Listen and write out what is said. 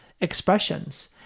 expressions